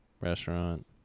restaurant